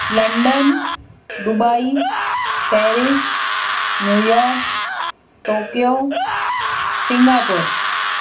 London Dubai Paris New York Tokyo Singapore